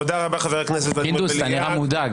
תודה רבה חבר הכנסת ולדימיר בליאק.